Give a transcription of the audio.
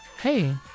Hey